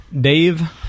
Dave